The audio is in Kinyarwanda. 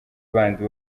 bandi